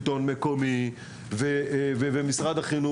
השלטון המקומי ומשרד החינוך.